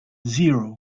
zero